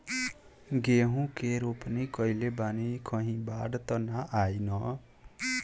गेहूं के रोपनी कईले बानी कहीं बाढ़ त ना आई ना?